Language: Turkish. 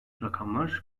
rakamlar